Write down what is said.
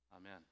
Amen